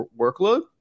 workload